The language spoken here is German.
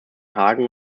hagen